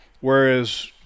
Whereas